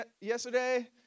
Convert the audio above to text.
yesterday